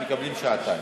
הם מקבלים שעתיים.